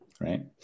right